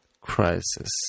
crisis